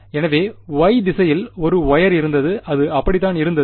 எனவே y திசையில் ஒரு வொயர் இருந்தது அது அப்படித்தான் இருந்தது